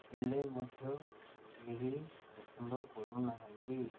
ହେଲେ ମଧ୍ୟ କେହି ପସନ୍ଦ କରୁନାହାନ୍ତି